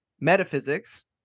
metaphysics